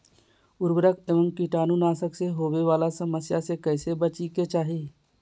उर्वरक एवं कीटाणु नाशक से होवे वाला समस्या से कैसै बची के चाहि?